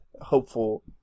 hopeful